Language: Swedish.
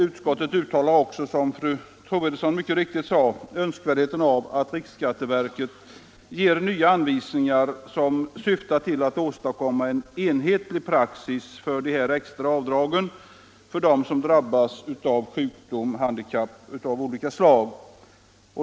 Utskottet uttalar också, som fru Troedsson mycket riktigt sade, önskvärdheten av att riksskatteverket | ger nya anvisningar som syftar till att åstadkomma en enhetlig praxis för de här extra avdragen för dem som drabbats av sjukdom eller handikapp av olika slag.